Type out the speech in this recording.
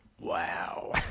Wow